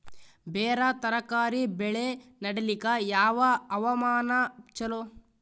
ಬೇರ ತರಕಾರಿ ಬೆಳೆ ನಡಿಲಿಕ ಯಾವ ಹವಾಮಾನ ಚಲೋ?